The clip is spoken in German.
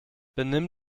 benimm